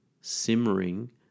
simmering